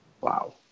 Wow